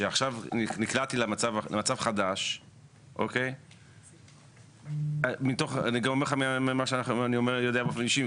שנקלעתי למצב חדש - אני גם אומר לכם מה שאני יודע באופן אישי